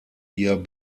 ihr